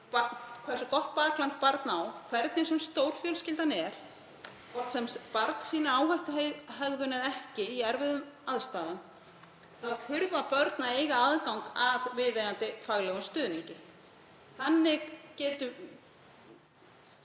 hversu gott bakland börn eiga, hvernig sem stórfjölskyldan er, hvort sem barn sýnir áhættuhegðun eða ekki í erfiðum aðstæðum, þá þurfa þau að eiga aðgang að viðeigandi faglegum stuðningi. Þannig er